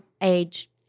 age